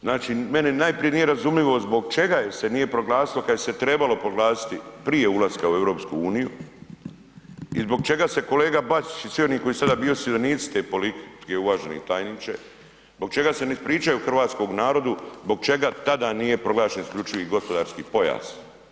Znači, meni najprije nije razumljivo zbog čega je se nije proglasilo kada se je trebalo proglasiti prije ulaska u EU i zbog čega se kolega Bačić i svi oni su sada bili sudionici te politike uvaženi tajniče, zbog čega se ne ispričaju hrvatskom narodu zbog čega tada nije proglašen isključivi gospodarski pojas.